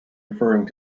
referring